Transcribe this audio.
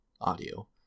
audio